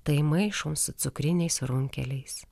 tai maišom su cukriniais runkeliais